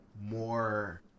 more